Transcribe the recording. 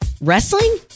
Wrestling